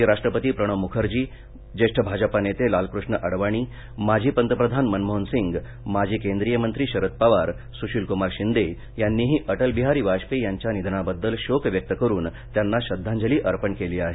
माजी राष्ट्रपती प्रणव मुखर्जी माजी पंतप्रधान मनमोहन सिंग माजी केंद्रीय मंत्री शरद पवार सुशील कुमार शिंदे यांनीही अटल बिहारी वाजपेयी यांच्या निधनाबद्दल शोक व्यक्त करून त्यांना श्रद्धांजली अर्पण केली आहे